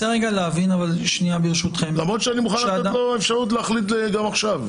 למרות שאני מוכן לתת לו אפשרות להחליט גם עכשיו.